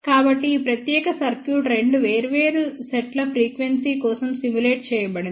కాబట్టి ఈ ప్రత్యేక సర్క్యూట్ రెండు వేర్వేరు సెట్ల ఫ్రీక్వెన్సీ కోసం సిములేట్ చేయబడింది